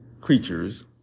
creatures